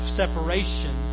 separation